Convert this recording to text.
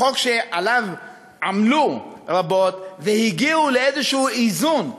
החוק שעליו עמלו רבות והגיעו לאיזה איזון.